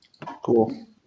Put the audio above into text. Cool